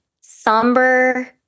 somber